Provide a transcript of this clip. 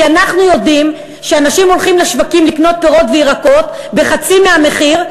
כי אנחנו יודעים שאנשים הולכים לשווקים לקנות פירות וירקות בחצי המחיר,